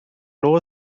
low